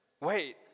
wait